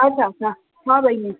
छ छ छ छ बहिनी